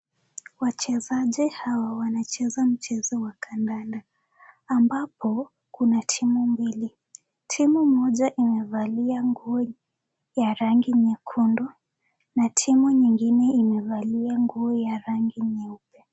Wachezaji hawa wanacheza mchezo wa kandanda ambapo kuna timu mbili , timu moja imevalia nguo ya rangi nyekundu na timu nyingine imevalia nguo ya rangi nyeupe.